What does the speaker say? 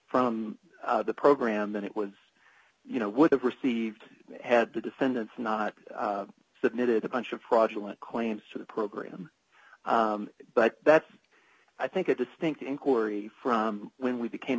from the program than it was you know would have received had the descendants not submitted a bunch of fraudulent claims to the program but that's i think a distinct inquiry from when we became